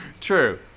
True